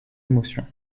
émotion